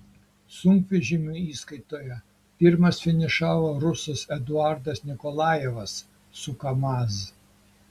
sunkvežimių įskaitoje pirmas finišavo rusas eduardas nikolajevas su kamaz